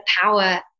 power